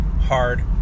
hard